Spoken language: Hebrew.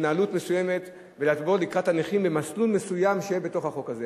התנהלות מסוימת ולבוא לקראת הנכים במסלול מסוים שיהיה בתוך החוק הזה,